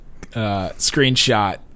screenshot